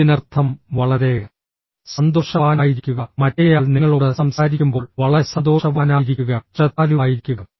ഇതിനർത്ഥം വളരെ സന്തോഷവാനായിരിക്കുക മറ്റേയാൾ നിങ്ങളോട് സംസാരിക്കുമ്പോൾ വളരെ സന്തോഷവാനായിരിക്കുക ശ്രദ്ധാലുവായിരിക്കുക